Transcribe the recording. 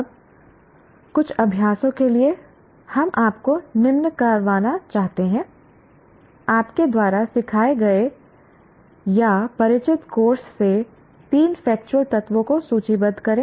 अब कुछ अभ्यासों के लिए हम आपको निम्न करवाना चाहेंगे आपके द्वारा सिखाए गए या परिचित कोर्स से तीन फेक्चुअल तत्वों को सूचीबद्ध करें